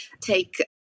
take